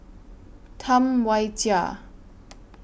Tam Wai Jia